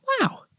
Wow